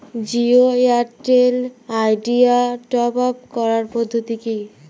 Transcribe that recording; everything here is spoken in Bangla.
জিও এয়ারটেল আইডিয়া টপ আপ করার পদ্ধতি কি?